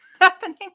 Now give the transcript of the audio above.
happening